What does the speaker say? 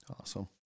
Awesome